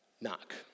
knock